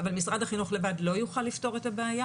אבל משרד החינוך לבד לא יוכל לפתור את הבעיה.